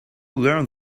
learn